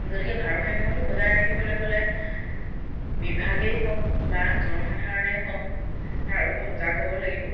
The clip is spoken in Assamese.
গতিকে ভাৰসাম্যটো বজাই ৰাখিবলৈ হ'লে বিভাগেই হওক বা জনসাধাৰণেই হওক তাৰ বাবে সজাগ হ'ব লাগিব